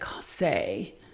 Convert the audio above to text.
say